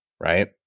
right